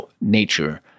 nature